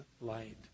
light